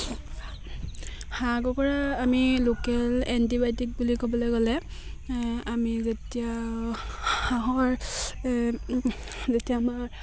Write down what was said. হাঁহ কুকুৰা আমি লোকেল এণ্টিবায়'টিক বুলি ক'বলৈ গ'লে আমি যেতিয়া হাঁহৰ যেতিয়া আমাৰ